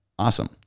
Awesome